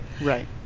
Right